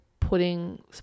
putting